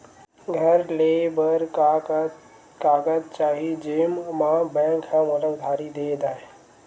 घर ले बर का का कागज चाही जेम मा बैंक हा मोला उधारी दे दय?